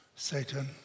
Satan